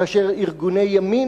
כאשר ארגוני ימין